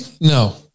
No